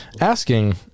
asking